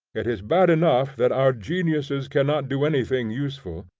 it is bad enough that our geniuses cannot do anything useful,